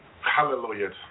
Hallelujah